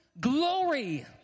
glory